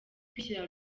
kwishira